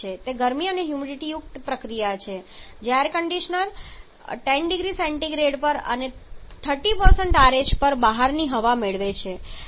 તે ગરમી અને હ્યુમિડિટીયુક્ત પ્રક્રિયા છે જ્યાં એર કંડિશનર 10 0C અને 30 RH પર બહારની હવા મેળવે છે